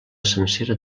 sencera